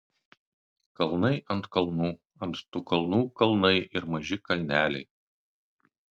kalnai ant kalnų ant tų kalnų kalnai ir maži kalneliai